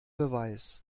beweis